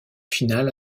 finale